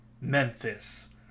memphis